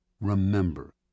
Remember